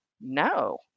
no